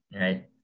right